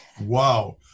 Wow